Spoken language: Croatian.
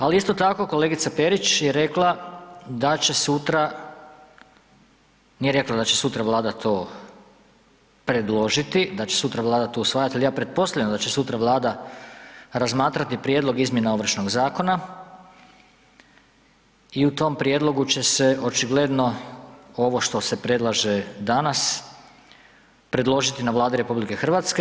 Ali isto tako kolegica Perić je rekla da će sutra, nije rekla da će sutra Vlada to predložiti, da će to sutra Vlada usvajati, ali ja pretpostavljam da će sutra Vlada razmatrati prijedlog izmjena Ovršnog zakona i u tom prijedlogu će se očigledno ovo što se predlaže danas predložiti na Vladi RH.